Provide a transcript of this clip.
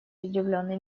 удивленный